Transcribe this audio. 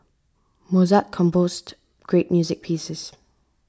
Mozart composed great music pieces